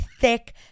thick